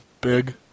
big